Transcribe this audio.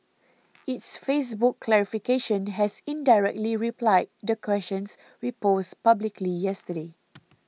its Facebook clarification has indirectly replied the questions we posed publicly yesterday